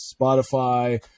Spotify